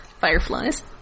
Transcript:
fireflies